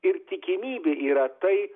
ir tikimybė yra tai